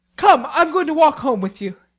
come, i'm going to walk home with you.